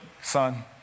son